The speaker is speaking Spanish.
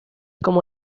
como